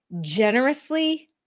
generously